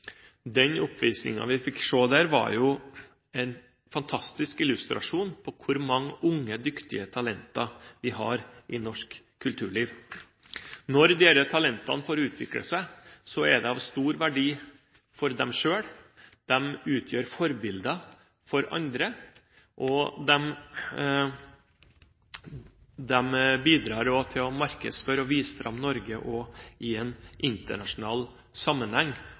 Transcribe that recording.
Den oppvisningen vi fikk se der, var en fantastisk illustrasjon på hvor mange unge dyktige talenter vi har i norsk kulturliv. Når disse talentene får utvikle seg, er det av stor verdi for dem selv, de utgjør forbilder for andre, og de bidrar også til å markedsføre og vise fram Norge i internasjonal sammenheng.